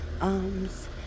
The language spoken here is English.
arms